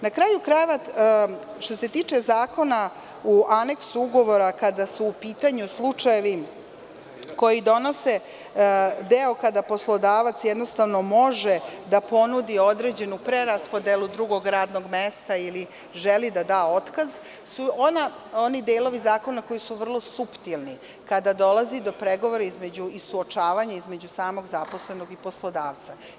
Na kraju krajeva, što se tiče zakona, u aneksu ugovora, kada su u pitanju slučajevi koji donose deo kada poslodavac jednostavno može da ponudi određenu preraspodelu drugog radnog mesta ili želi da da otkaz, su oni delovi zakona koji su vrlo suptilni, kada dolazi do pregovora i suočavanja između samog zaposlenog i poslodavca.